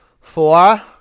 Four